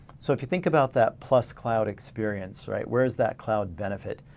so if you think about that plus cloud experience. where is that cloud benefit?